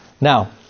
Now